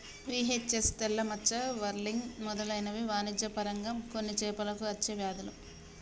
VHS, తెల్ల మచ్చ, whirling మెదలైనవి వాణిజ్య పరంగా కొన్ని చేపలకు అచ్చే వ్యాధులు